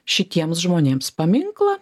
šitiems žmonėms paminklą